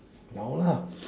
no lah